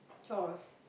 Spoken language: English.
chores